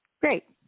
Great